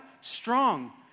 strong